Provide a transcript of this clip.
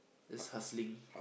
just hustling